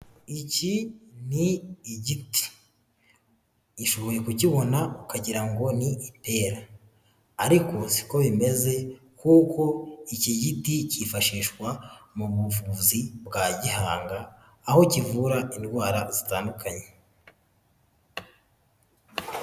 Iki ni igiti ushoboye kukibona ukagira ngo ni ipera, ariko siko bimeze kuko iki giti cyifashishwa mu buvuzi bwa gihanga aho kivura indwara zitandukanye.